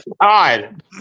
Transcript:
God